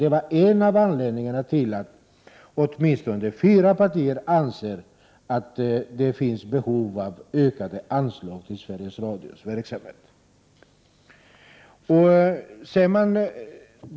Det var en av anledningarna till att åtminstone fyra partier ansåg att det finns behov av ökade anslag till Sveriges Radios verksamhet.